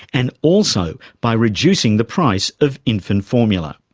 and also by reducing the price of infant formula.